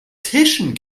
tischen